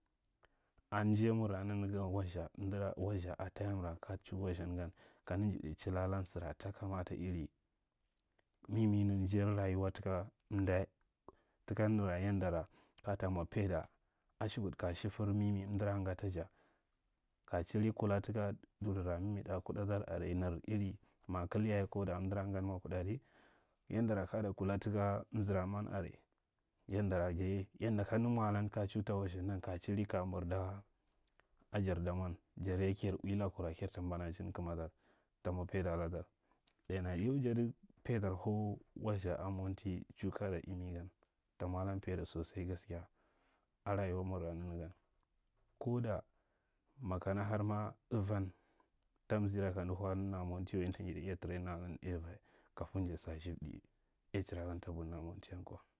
A njaiyamur nanagan, wastha amdora wastha a lawira kaja chu wasthangan kamda njiɗai chilla lan sara ta kamata iri mimi njair rayuwa taka amda taka nara yandara ka ta mwa paida, ashukud ka shifir mimi amdara ngata ja. Ka chiri kula taka durira mimiɗu a kuɗadar are, nara iri ma kal yaye ko da amdan ra nga mwa kuɗa di yandara kaya ta kula taka amzaraman are, yanda jaye, yanda kanda mwa lan ka ya tu wastha ndan ka chiri ka ya mirda a jar damwan. Jar ye kajar ui lakura kajar ta mbanachin kamadar. Ta mwa paida ladar, ɗai nya, yau jada paidar hau wastha a monti chu kasarimi gan. Ta mwa lan paida sosai gaskiya a rayuwar murya nanagan. Ko da makana har ma avan tam zara kamda hau nu a monti wa ye, amta njiɗai iya training ni aiva. Kafin ja sa sthibdi age ra kamta bunni a montir yan kwa.